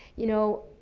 you know,